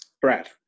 Brad